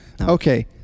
okay